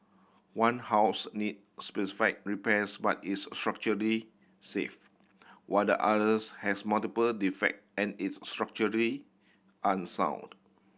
one house needs specific repairs but is structurally safe while the others has multiple defect and is unsound